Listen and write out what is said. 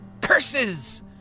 Curses